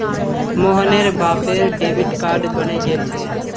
मोहनेर बापेर debit card बने गेल छे